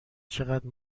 چقدر